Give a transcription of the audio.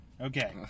okay